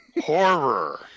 Horror